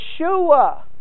Yeshua